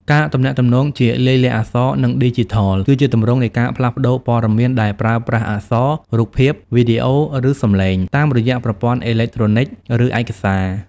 ការទំនាក់ទំនងជាលាយលក្ខណ៍អក្សរ និងឌីជីថល គឺជាទម្រង់នៃការផ្លាស់ប្តូរព័ត៌មានដែលប្រើប្រាស់អក្សរ រូបភាព វីដេអូ ឬសំឡេង តាមរយៈប្រព័ន្ធអេឡិចត្រូនិក ឬឯកសារ។